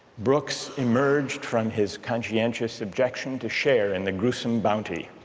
brooks emerged from his conscientious objection to share in the gruesome bounty.